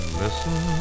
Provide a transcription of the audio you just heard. listen